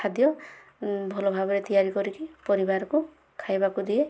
ଖାଦ୍ୟ ଭଲ ଭାବରେ ତିଆରି କରିକି ପରିବାରକୁ ଖାଇବାକୁ ଦିଏ